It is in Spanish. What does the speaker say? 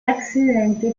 accidente